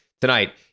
Tonight